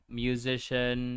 musician